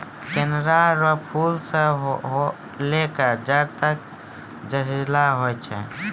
कनेर रो फूल से लेकर जड़ तक जहरीला होय छै